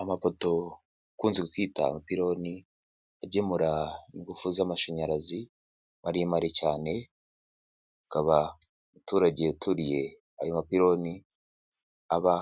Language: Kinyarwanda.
Amapoto ukunze kwita amapironi agemura ingufu z'amashanyarazi maremare cyane, akaba umuturage uturiye ayo mapironi aba